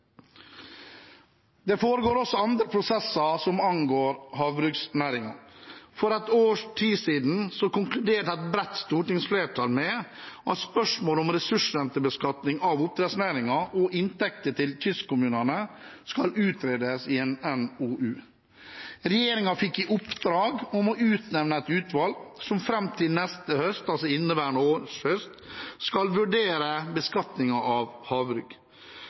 Det foregår også andre prosesser som angår havbruksnæringen. For et års tid siden konkluderte et bredt stortingsflertall med at spørsmålet om ressursrentebeskatning av oppdrettsnæringen og inntekter til kystkommunene skal utredes i en NOU. Regjeringen fikk i oppdrag å utnevne et utvalg som fram til neste høst, altså i inneværende år, skal vurdere beskatningen av havbruk.